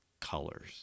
colors